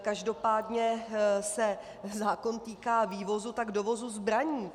Každopádně se zákon týká vývozu, tak dovozu zbraní.